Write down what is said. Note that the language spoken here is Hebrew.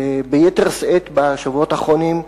וביתר שאת בשבועות האחרונים,